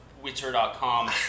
Twitter.com